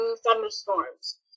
thunderstorms